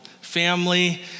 family